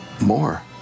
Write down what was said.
more